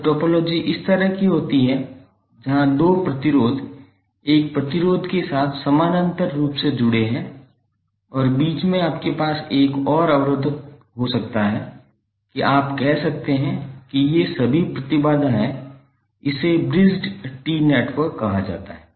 जब टोपोलॉजी इस तरह की होती है जहां दो प्रतिरोध एक प्रतिरोधक के साथ समानांतर रूप से जुड़े होते हैं और बीच में आपके पास एक और अवरोधक होता है या हो सकता है कि आप कह सकते हैं कि ये सभी प्रतिबाधा हैं तो इसे ब्रिज्ड टी नेटवर्क कहा जाता है